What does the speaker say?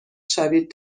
شوید